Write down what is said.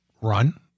run